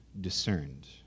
discerned